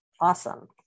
awesome